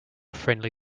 friendly